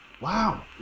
wow